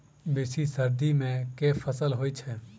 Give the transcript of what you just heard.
बेसी सर्दी मे केँ फसल होइ छै?